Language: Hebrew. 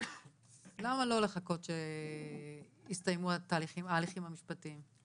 למה לא לחכות שיסתיימו ההליכים המשפטיים?